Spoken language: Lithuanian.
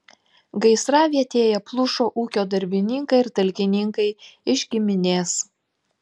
gaisravietėje plušo ūkio darbininkai ir talkininkai iš giminės